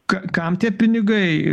ka kam tie pinigai